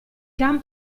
can